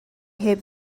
heb